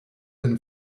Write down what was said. been